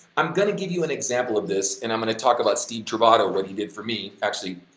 i'm gonna give you an example of this and i'm gonna talk about steve trovato, what he did for me, actually,